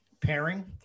pairing